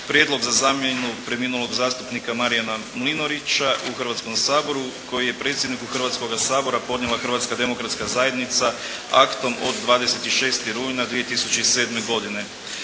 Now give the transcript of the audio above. prijedlog za zamjenu preminulog zamjenika Marijana Mlinarića u Hrvatskom saboru koji je predsjedniku Hrvatskoga sabora podnijela Hrvatska demokratska zajednica aktom od 26. rujna 2007. godine.